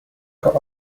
core